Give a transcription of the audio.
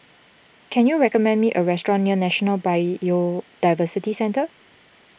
can you recommend me a restaurant near National Biodiversity Centre